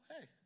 hey